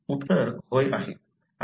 उत्तर होय आहे